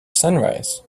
sunrise